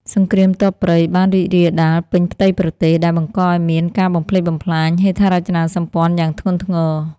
សង្គ្រាមទ័ពព្រៃបានរីករាលដាលពេញផ្ទៃប្រទេស ដែលបង្កឱ្យមានការបំផ្លិចបំផ្លាញហេដ្ឋារចនាសម្ព័ន្ធយ៉ាងធ្ងន់ធ្ងរ។